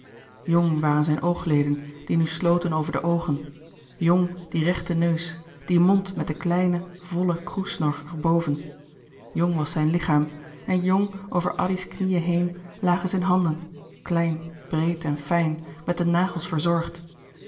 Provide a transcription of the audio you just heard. jong waren zijn oogleden die nu sloten over de oogen jong die rechte neus die mond met den kleine vollen kroessnor er boven jong was zijn lichaam en jong over addy's knieën heen lagen zijn handen klein breed en fijn met de nagels verzorgd